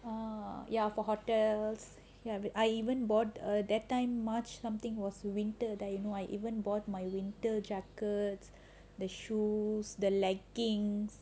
ah ya for hotels have me I even bought a that time much something was winter that you know I even bought my winter jacket the shoes the leggings